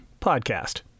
Podcast